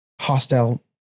hostile